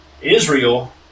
Israel